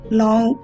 long